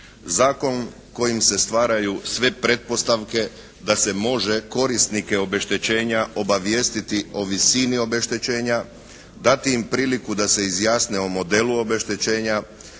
Zakon kojim se stvaraju sve pretpostavke da e može korisnike obeštećenja obavijestiti o visini obeštećenja, dati im priliku da se izjasne o modelu obeštećenja,